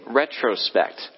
retrospect